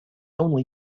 only